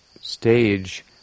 stage